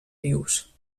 vius